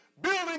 building